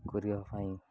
କରିବା ପାଇଁ